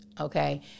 Okay